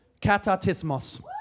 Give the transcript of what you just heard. catatismos